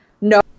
No